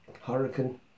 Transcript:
Hurricane